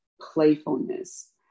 playfulness